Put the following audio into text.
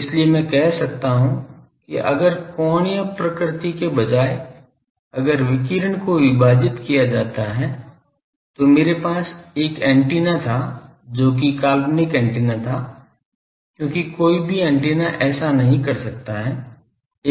इसलिए मैं कह सकता हूं कि अगर कोणीय प्रकृति के बजाय अगर विकिरण को विभाजित किया जाता है तो मेरे पास एक एंटीना था जो कि काल्पनिक एंटीना था क्योंकि कोई भी एंटीना ऐसा नहीं कर सकता है